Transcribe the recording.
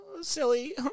silly